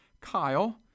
Kyle